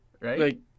Right